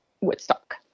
Woodstock